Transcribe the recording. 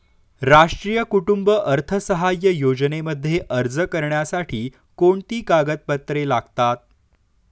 राष्ट्रीय कुटुंब अर्थसहाय्य योजनेमध्ये अर्ज करण्यासाठी कोणती कागदपत्रे लागतात?